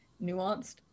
nuanced